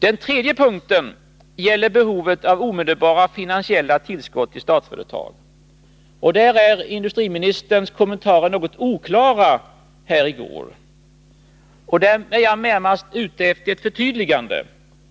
Den tredje punkten gäller behovet av omedelbara finansiella tillskott i Statsföretag. Industriministerns kommentarer här i går är något oklara därvidlag. Därför är jag närmast ute efter ett förtydligande.